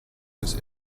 his